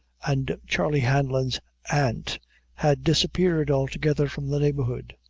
and charley hanlon's aunt had disappeared altogether from the neighborhood.